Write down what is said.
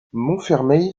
montfermeil